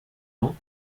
ans